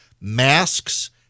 masks